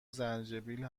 زنجبیل